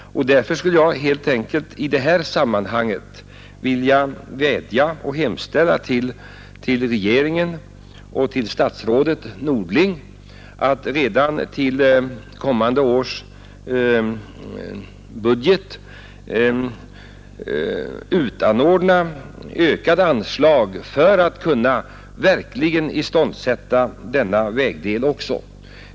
Därför skulle jag i detta sammanhang vilja vädja och hemställa till statsrådet Norling och regeringen om att redan i kommande budget upptaga ökade anslag så att vi verkligen kan iståndsätta denna vägdel.